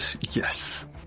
yes